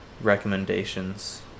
recommendations